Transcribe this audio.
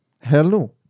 Hello